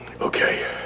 Okay